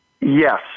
yes